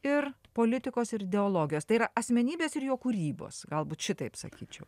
ir politikos ir ideologijos tai yra asmenybės ir jo kūrybos galbūt šitaip sakyčiau